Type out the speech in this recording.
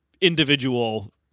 individual